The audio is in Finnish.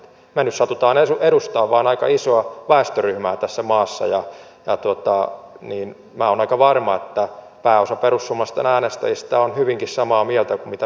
me nyt satumme vain edustamaan aika isoa väestöryhmää tässä maassa ja minä olen aika varma että pääosa perussuomalaisten äänestäjistä on hyvinkin samaa mieltä kuin mitä me olemme tänään täällä esittäneet